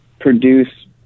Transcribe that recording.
produce